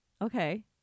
Okay